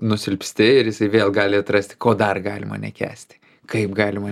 nusilpsti ir jisai vėl gali atrasti ko dar galima nekęsti kaip galima